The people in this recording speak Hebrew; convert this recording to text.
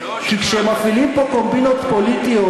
כי שכשמפעילים פה קומבינות פוליטיות,